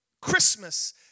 Christmas